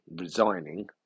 resigning